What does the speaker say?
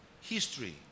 history